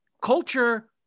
culture